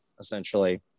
essentially